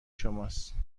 شماست